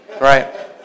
Right